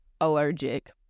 allergic